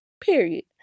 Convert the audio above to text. Period